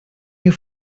you